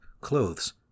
clothes